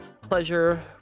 pleasure